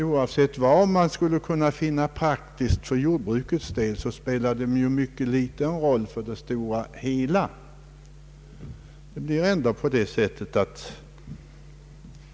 Oavsett vad som skulle befinnas vara praktiskt för jordbrukets del, spelar detta en mycket liten roll för det stora hela.